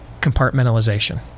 compartmentalization